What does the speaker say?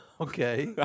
Okay